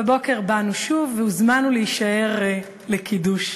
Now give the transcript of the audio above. בבוקר באנו שוב והוזמנו להישאר לקידוש.